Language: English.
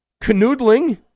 canoodling